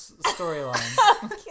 storyline